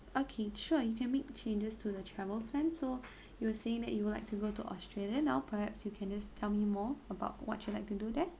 okay sure you can make changes to the travel plan so you were saying that you'd like to go to australia now perhaps you can just tell me more about what you'd like to do there